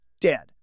dead